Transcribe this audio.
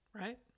right